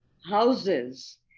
houses